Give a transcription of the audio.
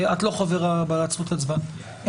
את לא חברה בעלת זכות הצבעה.